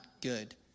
good